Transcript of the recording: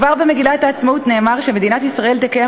כבר במגילת העצמאות נאמר שמדינת ישראל "תקיים